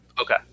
okay